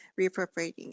reappropriating